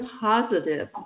positive